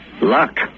Luck